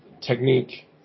technique